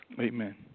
Amen